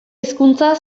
hizkuntza